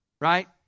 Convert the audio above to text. right